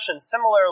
similarly